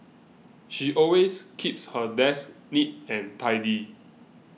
she always keeps her desk neat and tidy